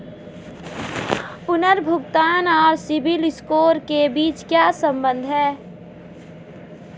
पुनर्भुगतान और CIBIL score के बीच क्या संबंध है?